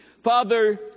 Father